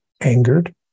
angered